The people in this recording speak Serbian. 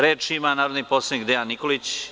Reč ima narodni poslanik Dejan Nikolić.